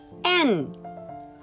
-n